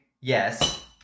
yes